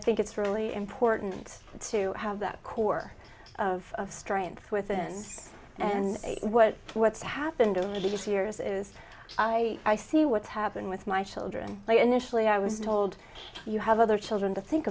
think it's really important to have that core of strength within us and what what's happened at least years is i i see what happened with my children i initially i was told you have other children to think